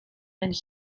and